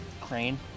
Crane